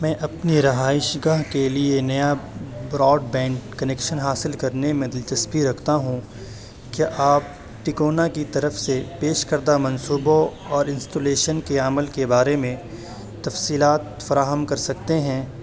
میں اپنی رہائش گاہ کے لیے نیا براڈ بینڈ کنکشن حاصل کرنے میں دلچسپی رکھتا ہوں کیا آپ تکونا کی طرف سے پیش کردہ منصوبوں اور انسولیشن کے عمل کے بارے میں تفصیلات فراہم کر سکتے ہیں